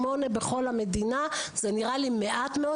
שמונה בכל המדינה זה נראה לי מעט מאוד